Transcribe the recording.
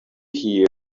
here